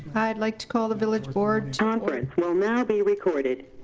i'd like to call the village board conference will now be recorded.